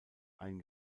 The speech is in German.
ein